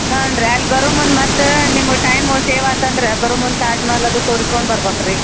ಹ್ಞೂ ರೀ ಅಲ್ಲಿ ಬರೋ ಮುನ್ನ ಮತ್ತೆ ನಿಮಗೆ ಟೈಮು ಸೇವ್ ಆತು ಅಂದ್ರೆ ಬರೋ ಮುಂದೆ ತಾಜ್ ಮಹಲ್ ಅದು ತೋರ್ಸ್ಕೊಂಡು ಬರ್ಬೇಕ್ ರೀ